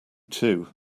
too